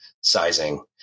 sizing